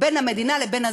בין המדינה לבין הזכאים.